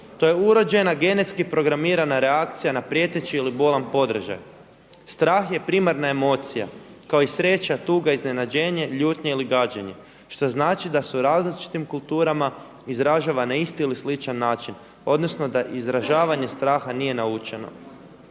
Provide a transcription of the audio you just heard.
To je urođena, genetski programirana reakcija na prijeteći ili bolan podražaj. Strah je primarna emocija kao i sreća, tuga, iznenađenje, ljutnja ili gađenje što znači da su različitim kulturama izražava na isti ili sličan način, odnosno da izražavanje straha nije naučeno.